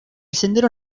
sendero